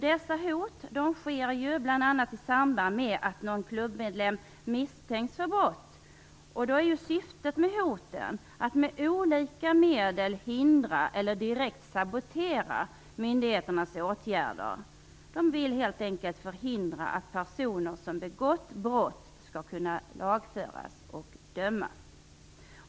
Dessa hot sker bl.a. i samband med att någon klubbmedlem misstänks för brott. Då är ju syftet med hoten att med olika medel hindra eller direkt sabotera myndigheternas åtgärder. De vill helt enkelt förhindra att personer som begått brott skall kunna lagföras och dömas.